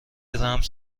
رمز